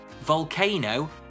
volcano